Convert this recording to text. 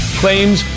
claims